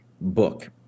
book